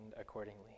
accordingly